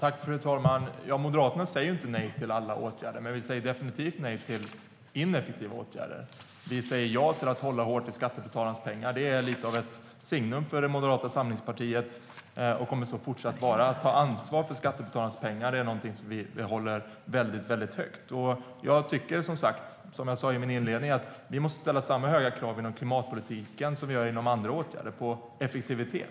Fru talman! Moderaterna säger inte nej till alla åtgärder. Men vi säger definitivt nej till ineffektiva åtgärder. Vi säger ja till att hålla hårt i skattebetalarnas pengar. Det är lite av ett signum för Moderata samlingspartiet och kommer fortsatt att vara. Att ta ansvar för skattebetalarnas pengar är någonting som vi håller väldigt högt. Som jag sa i min inledning måste vi ställa samma högra krav på effektivitet inom klimatpolitiken som vi gör för andra åtgärder.